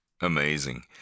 Amazing